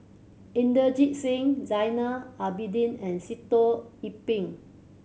Inderjit Singh Zainal Abidin and Sitoh Yih Pin